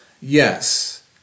Yes